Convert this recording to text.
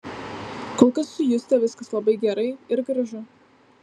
kol kas su juste viskas labai gerai ir gražu